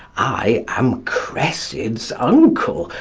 i am cressid's uncle,